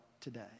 today